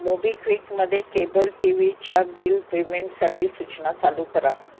मोबिक्विकमध्ये cable T व्हीच्या bill पेमेंटसाठी सूचना चालू करा